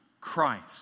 Christ